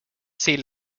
sea